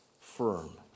firm